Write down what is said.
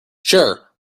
sure